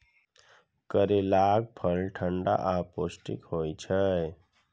करैलाक फल ठंढा आ पौष्टिक होइ छै